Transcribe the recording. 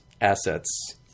assets